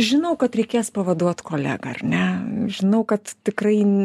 žinau kad reikės pavaduot kolegą ar ne žinau kad tikrai